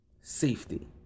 Safety